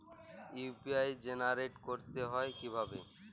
UPI generate করতে হয় কিভাবে?